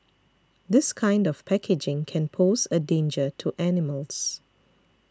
this kind of packaging can pose a danger to animals